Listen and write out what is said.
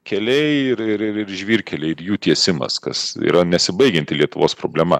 keliai ir ir ir žvyrkeliai ir jų tiesimas kas yra nesibaigianti lietuvos problema